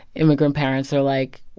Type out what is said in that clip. immigrant parents are, like,